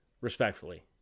respectfully